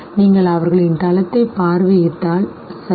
நீங்கள் அவர்களின் தளத்தைப் பார்வையிட்டால் சரி